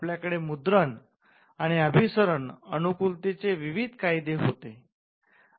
आपल्याकडे मुद्रण आणि अभिसरण अनुकूलतेचे विविध कायदे होते